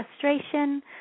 frustration